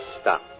stop